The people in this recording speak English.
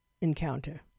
encounter